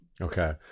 Okay